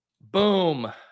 Boom